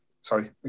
sorry